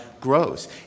grows